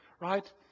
right